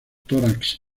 tórax